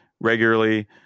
regularly